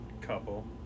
couple